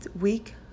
week